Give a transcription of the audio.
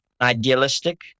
idealistic